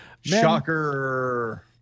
Shocker